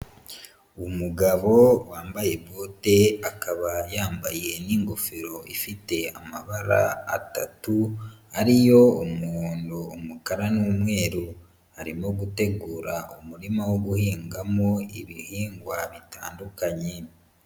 Umugabo wambaye bote, akaba yambaye n'ingofero ifite amabara atatu, ariyo umuhondo, umukara, n'umweru, arimo gutegura umurima wo guhingamo ibihingwa bitandukanye.